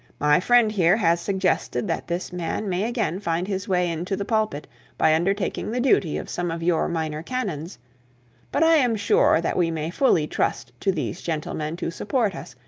my friend here has suggested that this man may again find his way into the pulpit by undertaking the duty of some of your minor canons but i am sure that we may fully trust to these gentlemen to support us,